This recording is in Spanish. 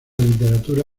literatura